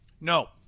No